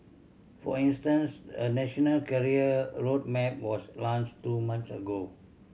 for instance a national career road map was launched two months ago